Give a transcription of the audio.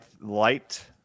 light